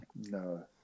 no